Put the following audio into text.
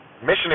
mission